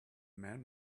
man